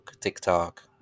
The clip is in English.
TikTok